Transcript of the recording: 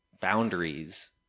boundaries